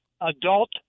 Adult